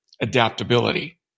adaptability